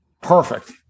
perfect